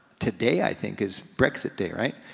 today i think is brexit day, right?